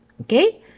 Okay